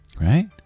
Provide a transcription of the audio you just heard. right